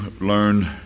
learn